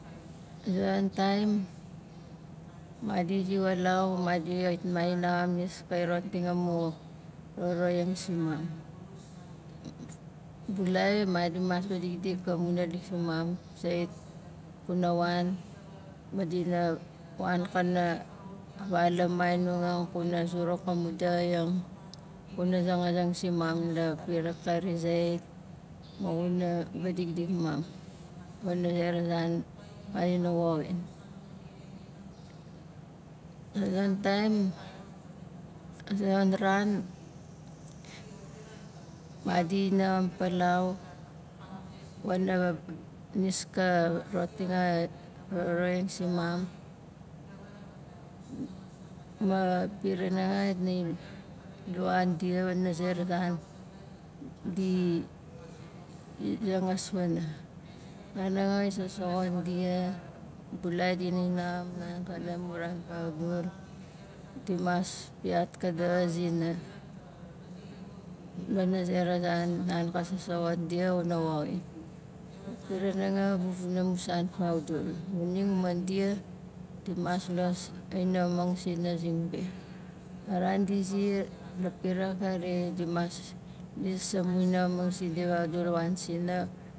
A zonon taim madi zi walau madit mainam nis kai roting amu roroing simam bulai madi mas fa dikdik amun naalik zimam kuna wan ma dina wan kana a val kuna zuruk amu daxaing kuna zangazing zimam la mo xuna vadikdiking mam pana zera zan ma dina woxin a zonon taim a zonon ran madi haxam palau wana nis ka roting a ruruing simam ma piran nanga xait na luwa dia wana zera zan di zangas pana nan nanga xai sasoxot dia bulai dinai nagam nan ka na muran fakdul di mas piat kadaxa zina wana zera zan nan ka sasoxot dia xuna woxin piran nanga a vuvuna musan vaudul ma nu ma dia dina mas los ainaxamang sina zing be a ran di ziar la pira akari di mas lis amu i naxaming si di vaudul wan sina